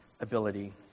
ability